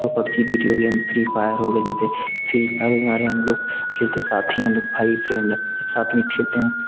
वो PUBG video game free fire हो गया जैसे फ्री फायर हमारे हम लोग खेलते साथ ही हैं हम लोग भाई फ्रेंड सब साथ में खेलते हैं